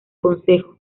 concejo